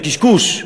זה קשקוש.